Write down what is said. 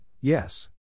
yes